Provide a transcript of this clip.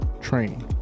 training